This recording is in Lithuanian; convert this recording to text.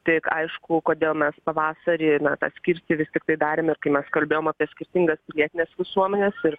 tik aišku kodėl mes pavasarį na tą atskirtį vis tiktai darėme kai mes kalbėjom apie skirtingas pilietines visuomenes ir